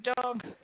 dog